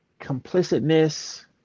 complicitness